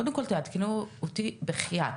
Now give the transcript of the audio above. ללא קשר למעסיק העכשיוי.